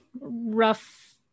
rough